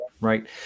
right